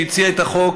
שהציעה את החוק,